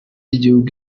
y’igihugu